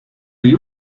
you